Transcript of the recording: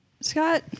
Scott